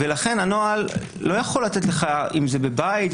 לכן הנוהל לא יכול לתת לך אם זה בבית,